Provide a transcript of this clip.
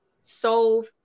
solve